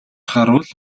харвал